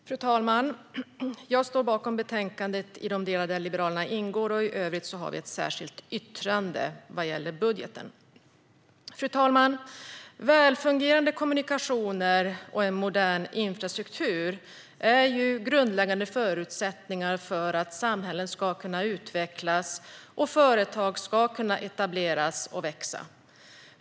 Fru talman! Jag står bakom betänkandet i de delar där Liberalerna ingår. I övrigt har vi ett särskilt yttrande vad gäller budgeten. Fru talman! Välfungerande kommunikationer och en modern infrastruktur är grundläggande förutsättningar för att samhällen ska kunna utvecklas och företag ska kunna etableras och växa.